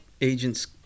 Agents